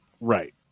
Right